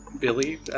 Billy